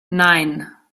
nein